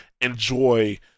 enjoy